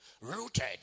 Rooted